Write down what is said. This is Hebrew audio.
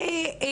אם